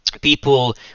people